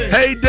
Hey